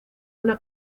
una